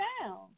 down